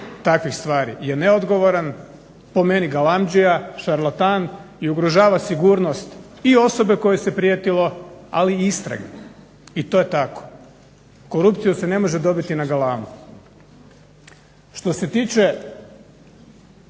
takvih stvari je neodgovoran, po meni galamdžija, šarlatan i ugrožava sigurnost i osobe kojoj se prijetilo, ali i istrage. I to je tako. Korupciju se ne može dobiti na galamu. Što se tiče